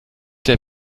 der